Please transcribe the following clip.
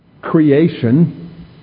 Creation